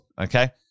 okay